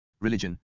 religion